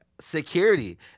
security